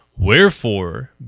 Wherefore